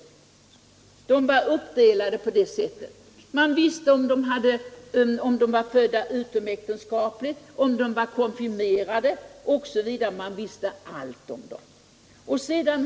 Man fick veta om de var födda utom äktenskapet, om de var konfirmerade osv. — man visste allt om dem.